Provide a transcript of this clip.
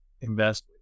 invest